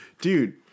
Dude